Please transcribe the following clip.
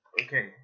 Okay